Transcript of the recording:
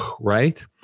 right